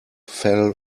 fell